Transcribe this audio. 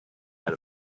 out